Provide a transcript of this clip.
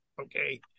okay